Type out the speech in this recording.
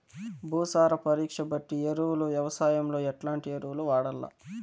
భూసార పరీక్ష బట్టి ఎరువులు వ్యవసాయంలో ఎట్లాంటి ఎరువులు వాడల్ల?